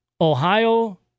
Ohio